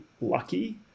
lucky